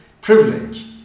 privilege